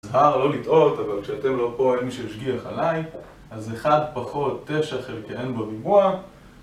נזהר לא לטעות, אבל כשאתם לא פה אין מי שישגיח עליי, אז 1 פחות 9 חלקי n בריבוע